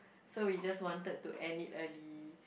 so we just wanted to end it early